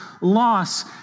loss